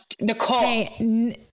Nicole